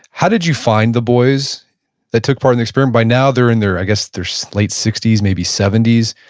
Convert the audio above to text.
how did you find the boys that took part in the experiment? by now they're in their, i guess, their so late sixty s, maybe seventy s.